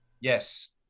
Yes